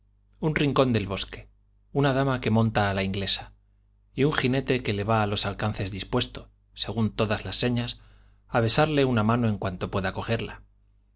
un rincón del bosque una dama que monta a la inglesa y un jinete que le va a los alcances dispuesto según todas las señas a besarle una mano en cuanto pueda cogerla